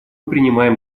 принимаем